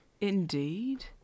Indeed